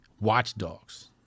watchdogs